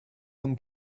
them